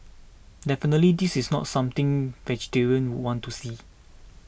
definitely this is not something vegetarians would want to see